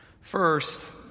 First